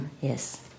Yes